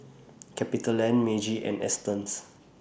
CapitaLand Meiji and Astons